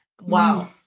Wow